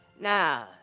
Now